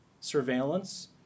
surveillance